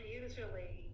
usually